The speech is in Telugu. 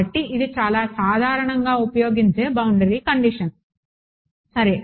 కాబట్టి ఇది చాలా సాధారణంగా ఉపయోగించే బౌండరీ కండిషన్ సరే